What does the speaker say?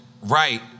right